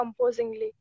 composingly